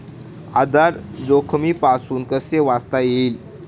आधार जोखमीपासून कसे वाचता येईल?